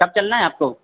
कब चलना है आपको